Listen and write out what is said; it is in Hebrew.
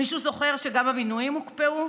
מישהו זוכר שגם המינויים הוקפאו?